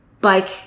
bike